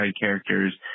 characters